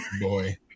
boy